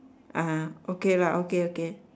ah okay lah okay okay